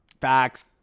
Facts